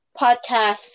podcast